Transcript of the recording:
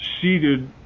seated